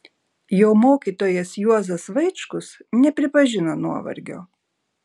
jo mokytojas juozas vaičkus nepripažino nuovargio